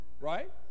Right